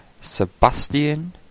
Sebastian